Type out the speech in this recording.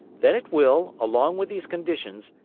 then it will, along with these conditions,